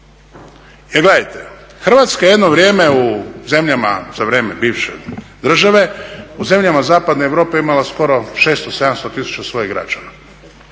gledajte, Hrvatska jedno vrijeme u zemljama za vrijeme bivše države, u zemljama zapadne Europe imala skoro 600, 700 000 svojih građana.